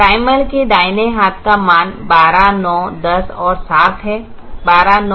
primal के दाहिने हाथ का मान 12 9 10 और 7 है